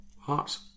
Hearts